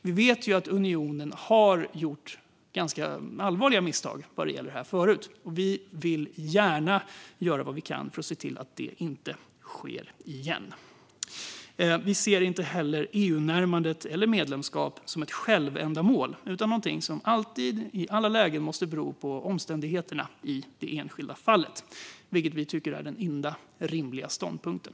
Vi vet ju att unionen har gjort ganska allvarliga misstag när det gäller detta tidigare, och vi vill gärna göra vad vi kan för att se till att det inte sker igen. Vi ser inte heller EU-närmande eller medlemskap som ett självändamål utan som något som i alla lägen måste bero på omständigheterna i det enskilda fallet. Vi tycker att detta är den enda rimliga ståndpunkten.